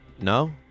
No